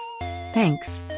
Thanks